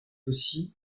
aussi